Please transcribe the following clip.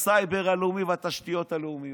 הסייבר הלאומי והתשתיות הלאומיות.